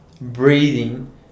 breathing